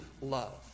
love